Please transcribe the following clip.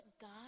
God